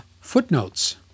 footnotes